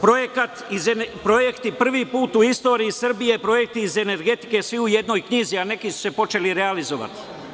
Projekti prvi put u istoriji Srbiji, projekti iz energetike svi u jednoj knjizi, a neki su se počeli realizovati.